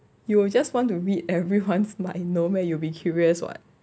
you will just want to read everyone's minds no meh you will be curious [what]